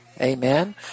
Amen